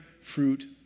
fruit